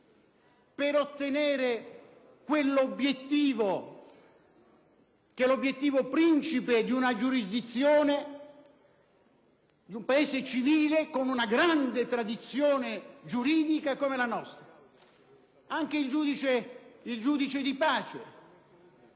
per ottenere l'obiettivo principe di una giurisdizione di un Paese civile con una grande tradizione giuridica come la nostra. Anche il giudice di pace